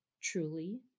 truly